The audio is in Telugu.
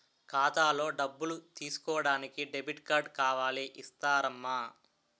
ఖాతాలో డబ్బులు తీసుకోడానికి డెబిట్ కార్డు కావాలి ఇస్తారమ్మా